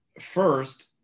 First